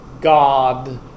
God